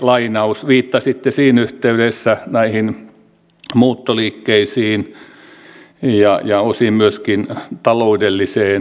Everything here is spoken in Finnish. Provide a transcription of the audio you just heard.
viittasitte siinä yhteydessä näihin muuttoliikkeisiin ja osin myöskin taloudelliseen ahdinkoon